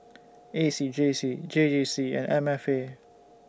A C J C J J C and M F A